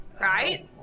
Right